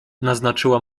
naznaczyła